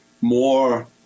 more